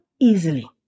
easily